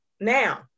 now